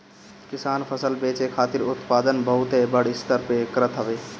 किसान फसल बेचे खातिर उत्पादन बहुते बड़ स्तर पे करत हवे